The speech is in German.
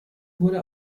wurde